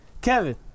Kevin